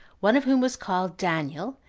one of whom was called daniel,